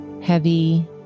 Heavy